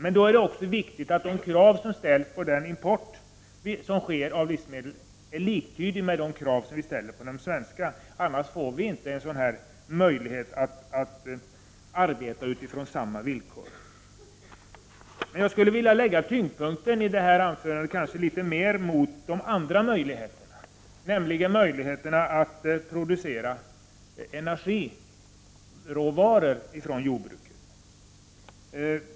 I det sammanhanget är det viktigt att de krav som ställs på den import som sker av livsmedel är liktydiga med de krav som vi ställer på de svenska produkterna, annars får vi inte möjlighet att arbeta utifrån samma villkor. Jag skulle vilja lägga tyngdpunkten i detta anförande litet mer mot de andra möjligheterna, nämligen möjligheterna att producera energiråvaror ifrån jordbruket.